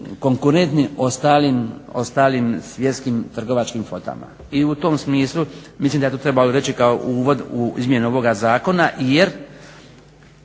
konkurentni ostalim svjetskim trgovačkim flotama. I u tom smislu mislima da je to trebalo reći kao uvod u Izmjene ovoga zakona jer